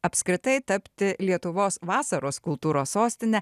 apskritai tapti lietuvos vasaros kultūros sostine